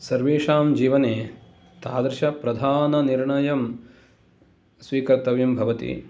सर्वेषां जीवने तादृशप्रधाननिर्णयं स्वीकर्तव्यं भवति